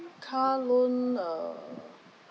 car loan err